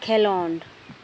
ᱠᱷᱮᱹᱞᱳᱰ